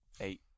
eight